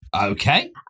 Okay